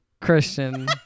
Christian